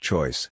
Choice